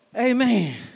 Amen